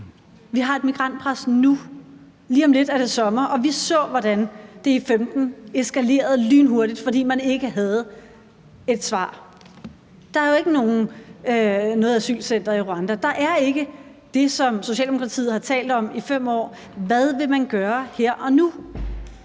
Vi har et migrantpres nu. Lige om lidt er det sommer, og vi så, hvordan det i 2015 eskalerede lynhurtigt, fordi man ikke havde et svar. Der er jo ikke noget asylcenter i Rwanda. Der er ikke det, som Socialdemokratiet har talt om i 5 år. Hvad vil man gøre her og nu?